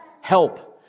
help